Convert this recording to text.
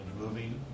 moving